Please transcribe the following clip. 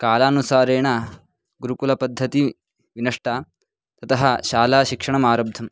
कालानुसारेण गुरुकुलपद्धतिः विनष्टा ततः शालाशिक्षणम् आरब्धं